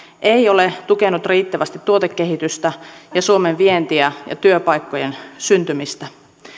ei ole tukenut riittävästi tuotekehitystä ja suomen vientiä ja työpaikkojen syntymistä